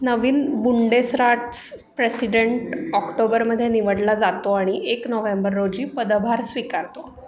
नवीन Bundesrat's president ऑक्टोबरमध्ये निवडला जातो आणि एक नोव्हेंबर रोजी पदभार स्वीकारतो